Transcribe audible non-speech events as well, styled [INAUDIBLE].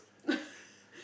[LAUGHS]